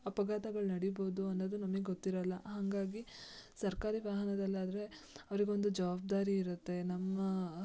ಅಪಘಾತಗಳು ನಡಿಬೋದು ಅನ್ನೋದು ನಮಗೆ ಗೊತ್ತಿರಲ್ಲ ಹಾಗಾಗಿ ಸರ್ಕಾರಿ ವಾಹನದಲ್ಲಾದರೆ ಅವರಿಗೊಂದು ಜವಾಬ್ದಾರಿ ಇರುತ್ತೆ ನಮ್ಮ